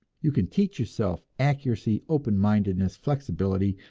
you can teach yourself accuracy, open-mindedness, flexibility,